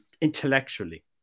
intellectually